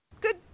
good